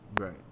Right